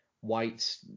White